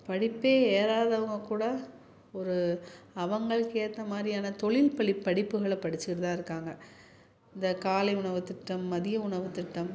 படிப்பே ஏறாதவங்க கூட ஒரு அவங்களுக்கேற்ற மாதிரியான தொழில் பள்ளி படிப்புகள படிச்சிக்கிட்டு தான் இருக்காங்க இந்த காலை உணவு திட்டம் மதிய உணவு திட்டம்